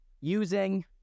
using